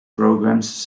programs